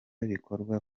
bikorwa